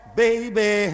baby